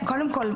קודם כל,